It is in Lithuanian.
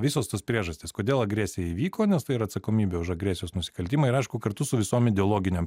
visos tos priežastys kodėl agresija įvyko nes tai yra atsakomybė už agresijos nusikaltimą ir aišku kartu su visom ideologinėm